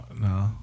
no